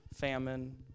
famine